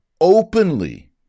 openly